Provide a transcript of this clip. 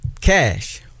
cash